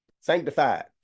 sanctified